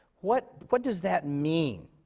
what what does that mean?